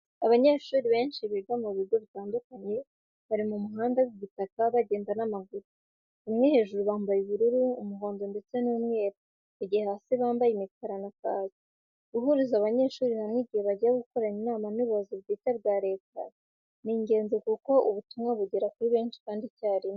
Abanyeshuri benshi biga ku bigo bitandukanye bari mu muhanda w'ibitaka bagenda n'amaguru. Bamwe hejuru bambaye ubururu, umuhondo ndetse n'umweru mu gihe hasi bambaye imikara na kaki. Guhuriza abanyeshuri hamwe igihe bagiye gukorana inama n'ubuyobozi bwite bwa Leta ni ingenzi kuko ubutumwa bugera kuri benshi kandi icyarimwe.